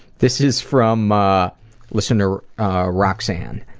this is from ah listener roxanne,